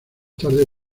tarde